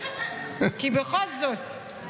כי בכל זאת,